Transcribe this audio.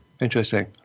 Interesting